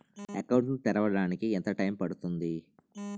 Account ను తెరవడానికి ఎంత టైమ్ పడుతుంది?